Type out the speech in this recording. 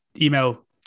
Email